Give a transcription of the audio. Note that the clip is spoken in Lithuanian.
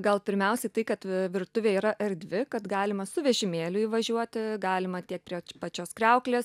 gal pirmiausia tai kad virtuvė yra erdvi kad galima su vežimėliu įvažiuoti galima tiek prie pačios kriauklės